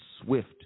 swift